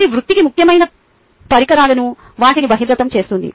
ఇది వృత్తికి ముఖ్యమైన పరికరాలకు వాటిని బహిర్గతం చేస్తుంది